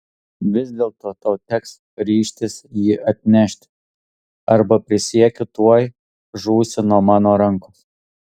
vis dėlto tau teks ryžtis jį atnešti arba prisiekiu tuoj žūsi nuo mano rankos